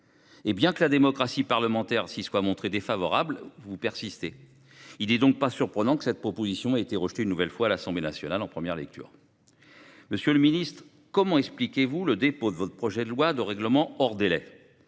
Bien que la démocratie parlementaire se soit montrée défavorable à ce texte, vous persistez. Il n’est donc pas surprenant que ce projet ait été rejeté une nouvelle fois à l’Assemblée nationale en première lecture. Monsieur le ministre, comment expliquez vous que votre projet de loi de règlement ait